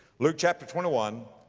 luke chapter twenty one,